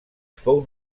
fou